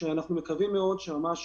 ואנחנו מקווים מאוד שממש